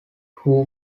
who